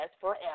forever